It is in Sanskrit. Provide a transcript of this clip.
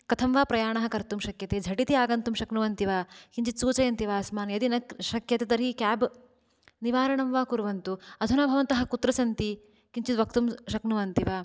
कथं वा प्रयाणं कर्तुं शक्यते झटिति आगन्तुं शक्नुवन्ति वा किञ्चित् सूचयन्तु वा अस्मान् यदि न शक्यते तर्हि केब निवारणं वा कुर्वन्तु अधुना भवन्तः कुत्र सन्ति किञ्चित् वक्तुं शक्नुवन्ति वा